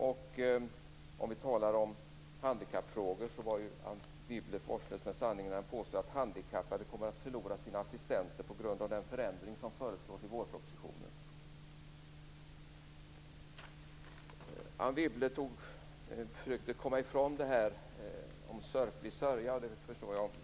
Anne Wibble var vårdslös med sanningen när hon påstod att de handikappade kommer att förlora sina assistenter på grund av den förändring som föreslås i vårpropositionen. Anne Wibble försökte komma ifrån detta med sörplig sörja, och det förstår jag.